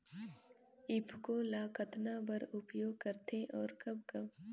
ईफको ल कतना बर उपयोग करथे और कब कब?